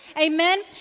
Amen